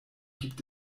gibt